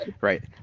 Right